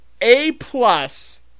A-plus